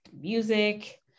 music